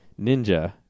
ninja